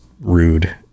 rude